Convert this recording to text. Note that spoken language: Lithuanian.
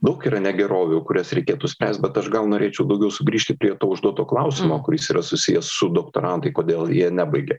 daug yra negerovių kurias reikėtų spręst bet aš gal norėčiau daugiau sugrįžti prie užduoto klausimo kuris yra susijęs su doktorantai kodėl jie nebaigia